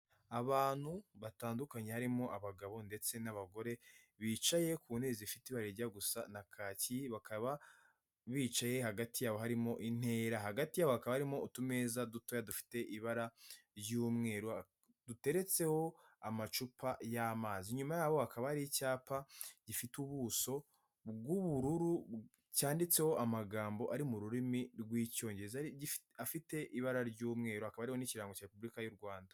Abantu batandukanye harimo abagabo ndetse n'abagore, bicaye ku ntebe zifite ibara rijya gusa na kaki, bakaba bicaye hagati yabo harimo intera, hagati yabo hakaba harimo utu meza dutoya dufite ibara ry'umweru duteretseho amacupa y'amazi, inyuma yabo hakaba hari icyapa gifite ubuso bw'ubururu cyanditseho amagambo ari mu rurimi rw'icyongereza afite ibara ry'umweru, akaba ariho n'ikirango cya Repubulika y'u Rwanda.